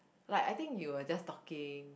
like I think you were just talking